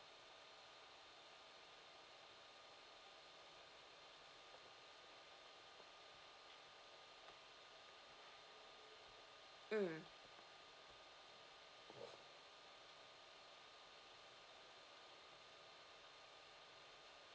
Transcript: mmhmm